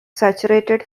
saturated